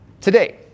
Today